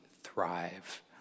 thrive